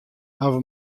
hawwe